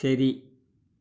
ശരി